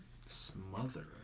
Smother